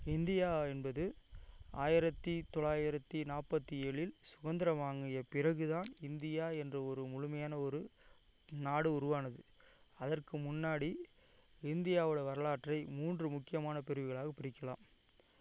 India என்பது ஆயிரத்து தொள்ளாயிரத்து நாற்பத்தி ஏழில் சுதந்திரம் வாங்கிய பிறகு தான் இந்தியா என்ற ஒரு முழுமையான ஒரு நாடு உருவானது அதற்கு முன்னாடி இந்தியாவோட வரலாற்றை மூன்று முக்கியமான பிரிவுகளாக பிரிக்கலாம்